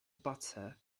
butter